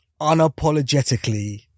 unapologetically